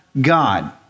God